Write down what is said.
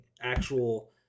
actual